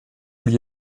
wie